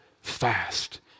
fast